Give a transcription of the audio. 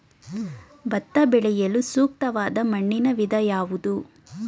ಭತ್ತ ಬೆಳೆಯಲು ಸೂಕ್ತವಾದ ಮಣ್ಣಿನ ವಿಧ ಯಾವುದು?